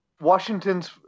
Washington's